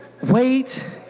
Wait